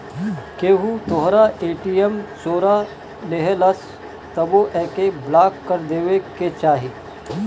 केहू तोहरा ए.टी.एम चोरा लेहलस तबो एके ब्लाक कर देवे के चाही